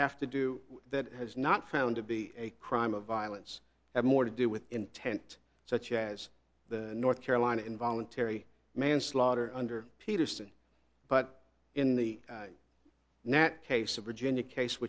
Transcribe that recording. have to do that has not found to be a crime of violence have more to do with intent such as the north carolina involuntary manslaughter under peterson but in the nat case of virginia case